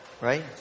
right